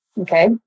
Okay